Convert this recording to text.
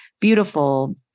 beautiful